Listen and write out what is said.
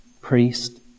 priest